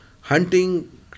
hunting